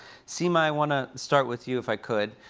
seema, i wanna start with you if i could,